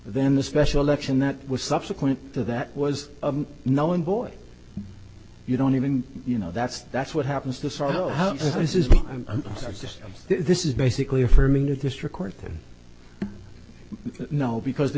then the special election that was subsequent to that was no one boy you don't even you know that's that's what happens to sort of how this is just this is basically affirming a district court now because the